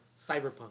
cyberpunk